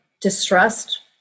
distrust